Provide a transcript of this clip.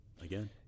again